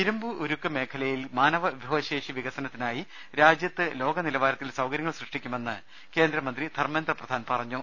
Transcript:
ഇരുമ്പ് ഉരുക്ക് മേഖലയിൽ മാനവ വിഭവശേഷി വികസനത്തിനായി രാജ്യത്ത് ലോകനിലവാരത്തിൽ സൌകര്യങ്ങൾ സൃഷ്ടിക്കുമെന്ന് കേന്ദ്രമന്ത്രി ധർമേന്ദ്ര പ്രധാൻ പറഞ്ഞു